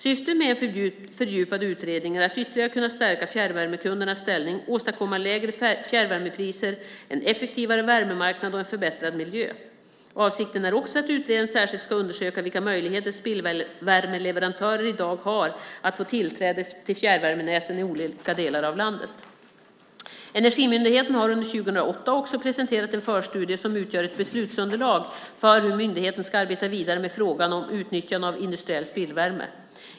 Syftet med en fördjupad utredning är att ytterligare kunna stärka fjärrvärmekundernas ställning, åstadkomma lägre fjärrvärmepriser, en effektivare värmemarknad och en förbättrad miljö. Avsikten är också att utredaren särskilt ska undersöka vilka möjligheter spillvärmeleverantörer i dag har att få tillträde till fjärrvärmenäten i olika delar av landet. Energimyndigheten har under 2008 också presenterat en förstudie som utgör ett beslutsunderlag för hur myndigheten ska arbeta vidare med frågan om utnyttjande av industriell spillvärme.